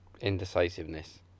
indecisiveness